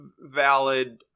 valid